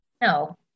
No